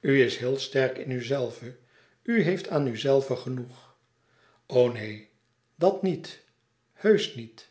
is heel sterk in uzelve u heeft aan uzelve genoeg o neen dat niet heusch niet